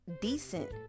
decent